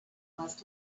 must